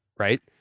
right